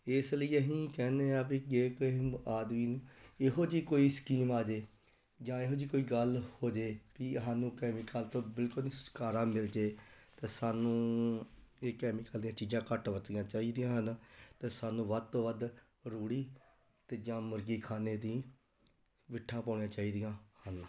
ਇਸ ਲਈ ਅਸੀਂ ਕਹਿੰਦੇ ਹਾਂ ਵੀ ਜੇ ਕਿਸੇ ਨੂੰ ਆਦਮੀ ਨੂੰ ਇਹੋ ਜਿਹੀ ਕੋਈ ਸਕੀਮ ਆਜੇ ਜਾਂ ਇਹੋ ਜਿਹੀ ਕੋਈ ਗੱਲ ਹੋਜੇ ਵੀ ਸਾਨੂੰ ਕੈਮੀਕਲ ਤੋਂ ਬਿਲਕੁਲ ਹੀ ਛੁਟਕਾਰਾ ਮਿਲਜੇ ਤਾਂ ਸਾਨੂੰ ਇਹ ਕੈਮੀਕਲ ਦੀਆਂ ਚੀਜ਼ਾਂ ਘੱਟ ਵਰਤਣੀਆਂ ਚਾਹੀਦੀਆਂ ਹਨ ਅਤੇ ਸਾਨੂੰ ਵੱਧ ਤੋਂ ਵੱਧ ਰੂੜੀ ਅਤੇ ਜਾਂ ਮੁਰਗੀਖਾਨੇ ਦੀ ਬਿੱਠਾਂ ਪਾਉਣੀਆਂ ਚਾਹੀਦੀਆਂ ਹਨ